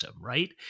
right